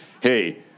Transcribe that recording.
hey